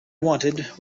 wanted